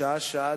שעה-שעה,